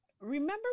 remember